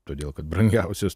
todėl kad brangiausias